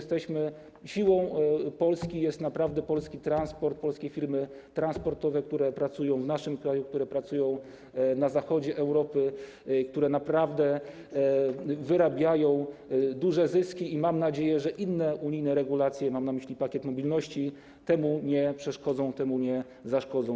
Siłą Polski jest naprawdę polski transport, polskie firmy transportowe, które pracują w naszym kraju, które pracują na zachodzie Europy, które wypracowują duże zyski, i mam nadzieję, że inne unijne regulacje - mam na myśli pakiet mobilności - temu nie przeszkodzą, temu nie zaszkodzą.